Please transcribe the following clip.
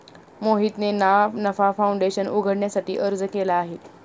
मोहितने ना नफा फाऊंडेशन उघडण्यासाठी अर्ज केला आहे